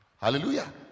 Hallelujah